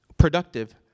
productive